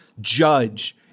judge